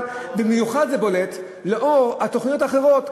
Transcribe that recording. אבל במיוחד זה בולט לאור התוכניות האחרות,